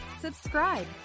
subscribe